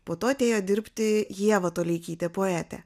po to atėjo dirbti ieva toleikytė poetė